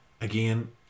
again